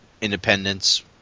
independence